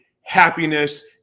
happiness